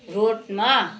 रोडमा